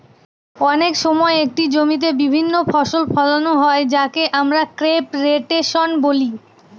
অনেক সময় একটি জমিতে বিভিন্ন ফসল ফোলানো হয় যাকে আমরা ক্রপ রোটেশন বলি